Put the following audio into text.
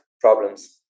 problems